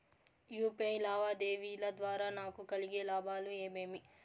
UPI లావాదేవీల ద్వారా నాకు కలిగే లాభాలు ఏమేమీ?